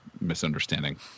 misunderstanding